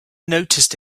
noticed